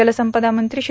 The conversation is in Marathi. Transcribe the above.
जलसंपदा मंत्री श्री